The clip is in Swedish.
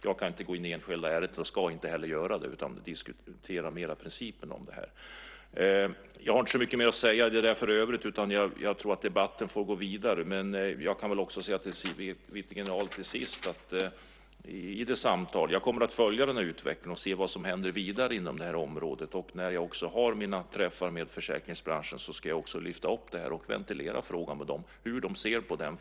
Jag kan inte och ska inte gå in i det enskilda ärendet utan diskuterar mer principen. Jag har i övrigt inte så mycket mer att säga utan jag tror att debatten får gå vidare. Men jag kan till sist säga till Siw Wittgren-Ahl att jag kommer att följa utvecklingen och se vad som händer vidare inom det här området. När jag har mina träffar med försäkringsbranschen ska jag också lyfta fram och ventilera frågan med dem för att höra hur de ser på den.